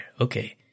Okay